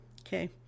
Okay